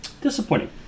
Disappointing